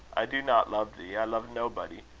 i do not love thee. i love nobody.